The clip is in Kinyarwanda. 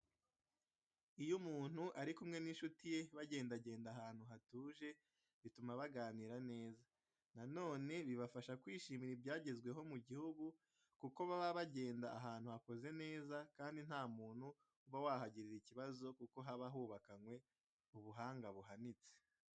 Iyo umuntu ari kumwe n'incuti ye bagendagenda ahantu hatuje, bituma baganira neza. Na none bibafasha kwishimira ibyagezweho mu gihugu kuko baba bagenda ahantu hakoze neza kandi nta muntu uba wahagirira ikibazo kuko haba hubakanwe ubuhanga buhanitse.